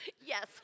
Yes